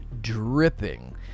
dripping